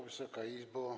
Wysoka Izbo!